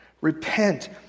Repent